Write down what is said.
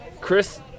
Chris